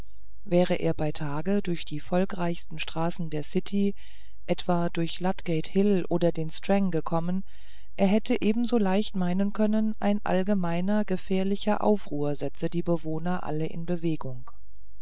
wäre er bei tage durch die volkreichsten straßen der city etwa durch ludgate hill oder den strang gekommen er hätte ebenso leicht meinen können ein allgemeiner gefährlicher aufruhr setze die einwohner alle in bewegung